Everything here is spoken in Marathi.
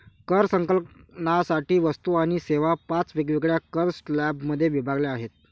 कर संकलनासाठी वस्तू आणि सेवा पाच वेगवेगळ्या कर स्लॅबमध्ये विभागल्या आहेत